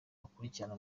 gukurikirana